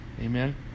Amen